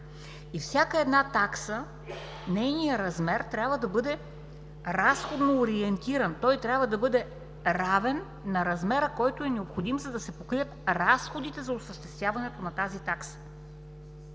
на всяка такса трябва да бъде разходно ориентиран. Той трябва да бъде равен на размера, който е необходим, за да се покрият разходите за осъществяването на тази такса.